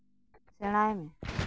ᱥᱮᱲᱟᱭ ᱢᱮ